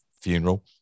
funeral